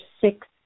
six